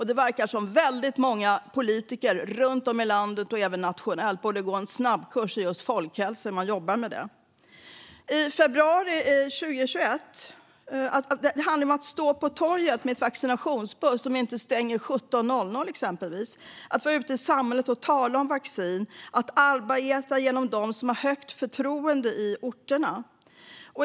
Det verkar som att väldigt många politiker runt om i landet och även nationellt borde gå en snabbkurs i just hur man jobbar med folkhälsa. Det handlar exempelvis om att stå på torget med en vaccinationsbuss som inte stänger klockan 17.00, att vara ute i samhället och tala om vaccin och att arbeta genom dem som har högt förtroende i orterna.